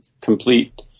complete